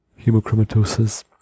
hemochromatosis